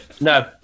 No